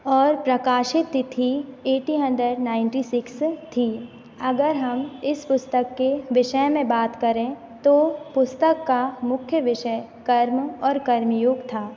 और प्रकाशित तिथि एटी हंड्रेड नाइनटी सिक्स थी अगर हम इस पुस्तक के विषय में बात करें तो पुस्तक का मुख्य विषय कर्म और कर्म योग था